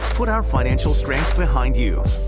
put our financial strength behind you.